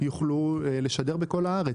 יוכלו לשדר בכל הארץ,